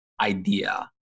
idea